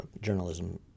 journalism